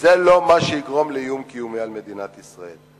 זה לא מה שיגרום לאיום קיומי על מדינת ישראל.